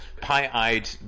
pie-eyed